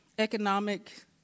economic